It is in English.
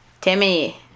Timmy